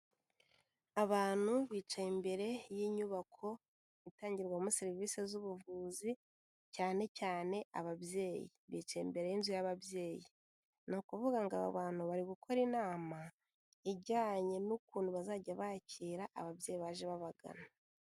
Abantu bicaye imbere y'inyubako itangirwamo serivisi z'ubuvuzi, cyane cyane ababyeyi. Bicaye imbere y'inzu y'ababyeyi. Ni ukuvuga ngo aba bantu bari gukora inama, ijyanye n'ukuntu bazajya bakira ababyeyi baje babagana.